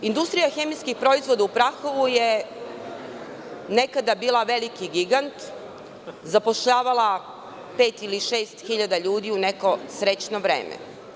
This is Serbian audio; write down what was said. Industrija hemijskih proizvoda“ u Prahovu je nekada bila veliki gigant, zapošljavala pet ili šest hiljada ljudi u neko srećno vreme.